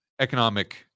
economic